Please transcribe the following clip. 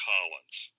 Collins